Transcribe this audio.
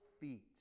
feet